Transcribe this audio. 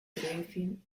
gräfin